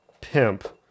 pimp